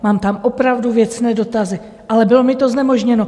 Mám tam opravdu věcné dotazy, ale bylo mi to znemožněno.